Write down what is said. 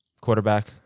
quarterback